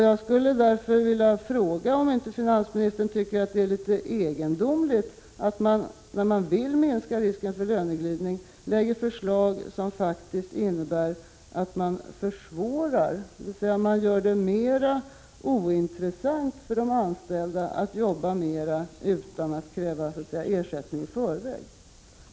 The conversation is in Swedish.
Jag skulle därför vilja fråga om inte finansministern tycker att det är litet egendomligt att man, när man vill minska risken för löneglidning, lägger fram förslag som faktiskt innebär att man försvårar, dvs. man gör det mer ointressant för de anställda att jobba mer utan att kräva så att säga ersättning i förväg.